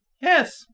Yes